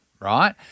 Right